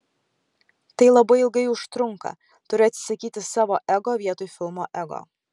tai labai ilgai užtrunka turi atsisakyti savo ego vietoj filmo ego